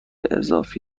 اضافه